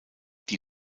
die